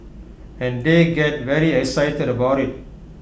and they get very excited about IT